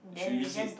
you should use it